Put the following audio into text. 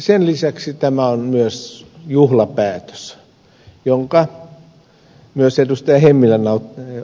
sen lisäksi tämä on myös juhlapäätös jonka myös ed